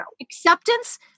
Acceptance